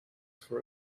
for